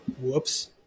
Whoops